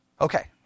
Okay